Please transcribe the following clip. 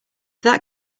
that